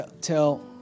tell